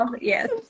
Yes